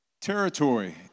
Territory